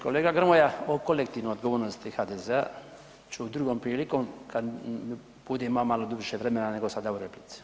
Kolega Grmoja o kolektivnoj odgovornosti HDZ-a ću drugom prilikom kad budem imao malo više vremena nego sada u replici.